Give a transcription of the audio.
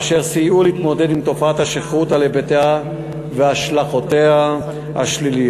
אשר סייעו להתמודד עם תופעת השכרות על היבטיה והשלכותיה השליליות,